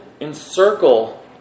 encircle